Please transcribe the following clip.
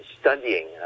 studying